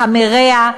המרע,